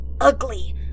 ugly